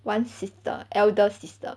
one sister elder sister